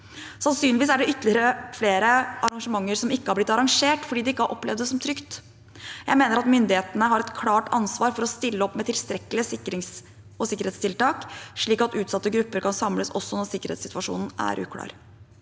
Sannsynligvis er det ytterligere flere arrangementer som ikke har blitt arrangert, fordi de ikke har opplevd det som trygt. Jeg mener at myndighetene har et klart ansvar for å stille opp med tilstrekkelige sikrings- og sikkerhetstiltak, slik at utsatte grupper kan samles også når sikkerhetssituasjonen er uklar.